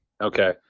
Okay